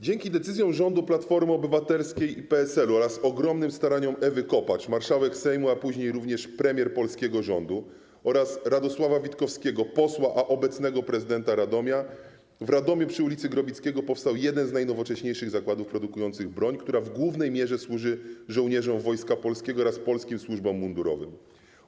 Dzięki decyzjom rządu Platformy Obywatelskiej i PSL-u oraz ogromnym staraniom Ewy Kopacz, marszałek Sejmu, a później również premier polskiego rządu, oraz Radosława Witkowskiego posła, a obecnego prezydenta Radomia, w Radomiu przy ul. Grobickiego powstał jeden z najnowocześniejszych zakładów produkujących broń, która w głównej mierze służy żołnierzom Wojska Polskiego oraz polskim służbom mundurowym.